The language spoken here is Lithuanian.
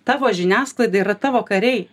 tavo žiniasklaida yra tavo kariai